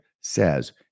says